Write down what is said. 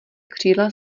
křídla